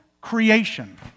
creation